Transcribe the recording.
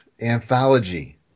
anthology